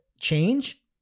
change